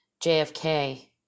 JFK